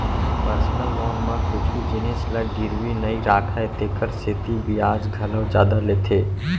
personal loan म कुछु जिनिस ल गिरवी नइ राखय तेकर सेती बियाज घलौ जादा लेथे